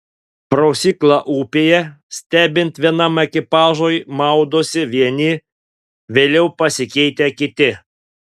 prausykla upėje stebint vienam ekipažui maudosi vieni vėliau pasikeitę kiti